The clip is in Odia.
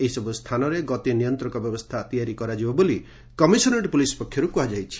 ଏହିସବୁ ସ୍ଥାନରେ ଗତି ନିୟନ୍ତକ ବ୍ୟବସ୍ଷା ତିଆରି କରାଯିବ ବୋଲି କମିଶନରେଟ୍ ପୁଲିସ ପକ୍ଷରୁ କୁହାଯାଇଛି